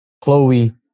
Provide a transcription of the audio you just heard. Chloe